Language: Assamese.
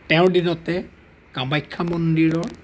তেওঁৰ দিনতে কামাখ্যা মন্দিৰৰ